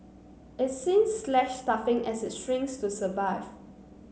it's since slashed staffing as it shrinks to survive